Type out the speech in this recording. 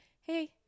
hey